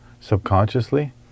subconsciously